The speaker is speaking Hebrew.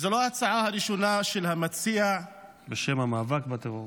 וזו לא ההצעה הראשונה של המציע --- בשם המאבק בטרור.